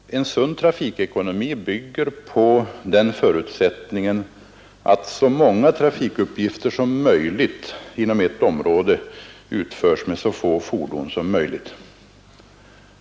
Herr talman! En sund trafikekonomi bygger på den förutsättningen att så många trafikuppgifter som möjligt inom ett område utförs med så få fordon som möjligt.